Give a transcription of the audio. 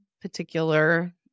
particular